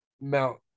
Mount